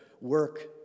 work